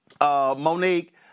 Monique